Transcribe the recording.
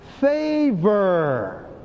favor